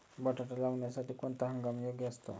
बटाटा लावण्यासाठी कोणता हंगाम योग्य असतो?